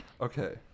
Okay